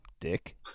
dick